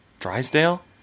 Drysdale